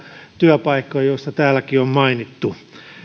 työpaikkoja joista täälläkin on mainittu